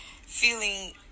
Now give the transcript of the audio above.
feeling